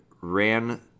ran